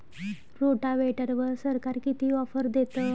रोटावेटरवर सरकार किती ऑफर देतं?